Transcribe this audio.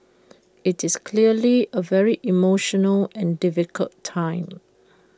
IT is clearly A very emotional and difficult time